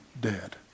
dead